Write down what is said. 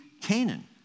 Canaan